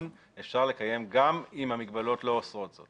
אפשר לקיים גם אם המגבלות לא אוסרות זאת.